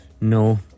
No